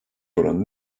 oranı